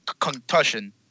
concussion